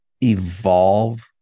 evolve